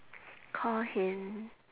call him